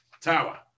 tower